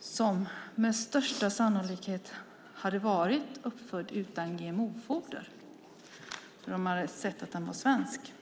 som med största sannolikhet varit uppfödd utan GMO-foder; man hade kunnat se att den var svensk.